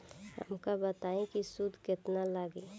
हमका बताई कि सूद केतना लागी?